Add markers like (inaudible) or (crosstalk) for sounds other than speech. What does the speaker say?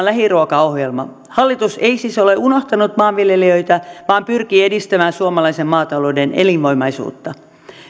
(unintelligible) lähiruokaohjelma hallitus ei siis ole unohtanut maanviljelijöitä vaan pyrkii edistämään suomalaisen maatalouden elinvoimaisuutta